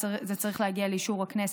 וזה צריך להגיע לאישור הכנסת,